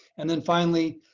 and then finally,